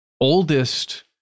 oldest